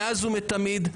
מאז ומתמיד,